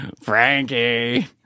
Frankie